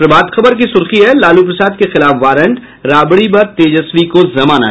प्रभात खबर की सुर्खी है लालू प्रसाद के खिलाफ वारंट राबड़ी व तेजस्वी को जमानत